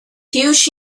huge